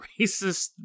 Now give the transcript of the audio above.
racist